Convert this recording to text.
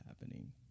happening